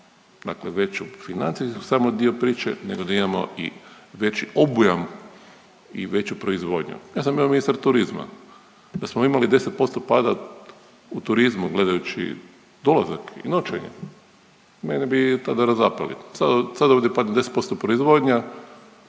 dakle veću financijsku samo dio priče nego da imamo i veći obujam i veću proizvodnju. Ja sam bio ministar turizma. Da smo imali 10% pada u turizmu gledajući dolazak i noćenje, mene bi tada razapeli. Sada ovdje padne 10% proizvodnja